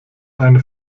eine